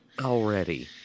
already